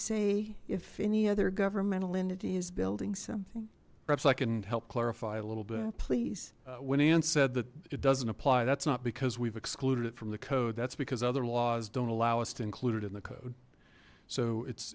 say if any other governmental entity is building something perhaps i can help clarify a little bit please when ann said that it doesn't apply that's not because we've excluded it from the code that's because other laws don't allow us to include it in the code so it's